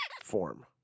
form